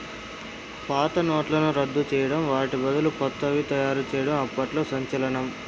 పాత నోట్లను రద్దు చేయడం వాటి బదులు కొత్తవి తయారు చేయడం అప్పట్లో సంచలనం